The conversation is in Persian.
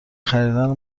خریدن